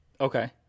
Okay